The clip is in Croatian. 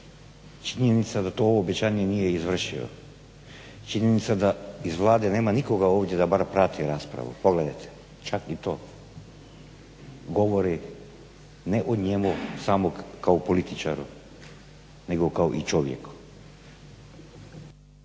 Činjenica da to obećanje nije izvršio, činjenica da iz Vlade nema nikoga ovdje da bar prati raspravu, pogledajte čak ni to, govori ne o njemu samog kao političaru nego kao i čovjeku.